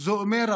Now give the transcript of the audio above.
זה אומר,